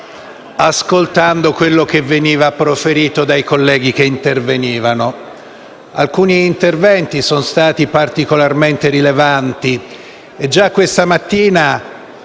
ascoltando quanto veniva proferito dai colleghi che intervenivano. Alcuni interventi sono stati particolarmente rilevanti e già questa mattina